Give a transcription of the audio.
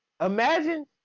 Imagine